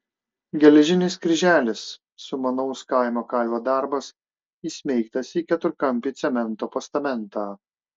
geležinis kryželis sumanaus kaimo kalvio darbas įsmeigtas į keturkampį cemento postamentą